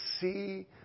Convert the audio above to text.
see